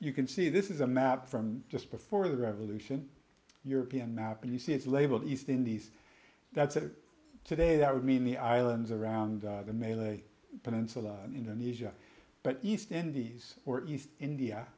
you can see this is a map from just before the revolution european map and you see it's labeled east indies that's it today that would mean the islands around the malay peninsula indonesia but east indies or east india